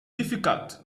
difficult